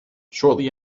shortly